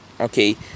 Okay